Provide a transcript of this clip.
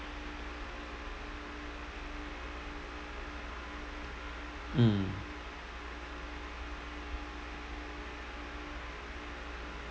mm